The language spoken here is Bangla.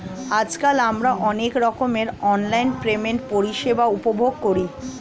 আজকাল আমরা অনেক রকমের অনলাইন পেমেন্ট পরিষেবা উপভোগ করি